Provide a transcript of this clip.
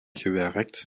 gewerkt